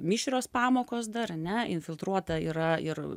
mišrios pamokos dar ane infiltruota yra ir